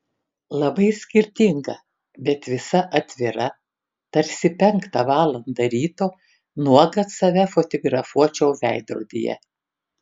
labai skirtinga bet visa atvira tarsi penktą valandą ryto nuogas save fotografuočiau veidrodyje